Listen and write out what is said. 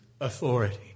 authority